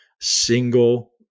single